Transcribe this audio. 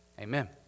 amen